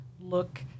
look